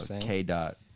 K-Dot